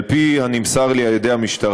על פי הנמסר לי על ידי המשטרה,